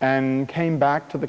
and came back to the